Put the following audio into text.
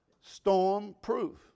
Storm-proof